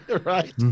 Right